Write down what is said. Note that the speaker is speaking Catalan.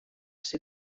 ser